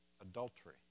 adultery